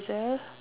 ~sel